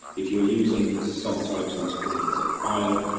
if you are using subtitles put in as a file,